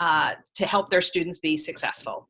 ah oer to help their students be successful.